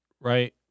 right